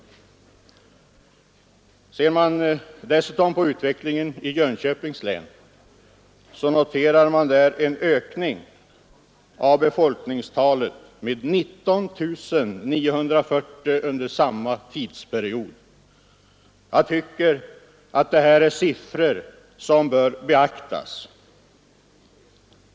Ser man dessutom på utvecklingen i Jönköpings län, så noterar man där en ökning av befolkningstalet med 19 940 personer under samma tidsperiod. Jag tycker att det är siffror som bör beaktas.